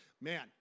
man